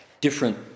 different